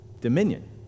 dominion